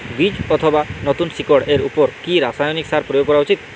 বীজ অথবা নতুন শিকড় এর উপর কি রাসায়ানিক সার প্রয়োগ করা উচিৎ?